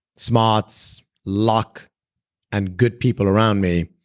smarts, luck and good people around me,